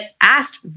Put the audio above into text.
asked